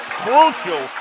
crucial